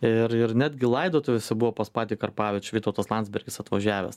ir ir netgi laidotuvėse buvo pas patį karpavičių vytautas landsbergis atvažiavęs